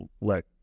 let